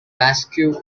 basque